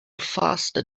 faster